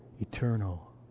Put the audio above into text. eternal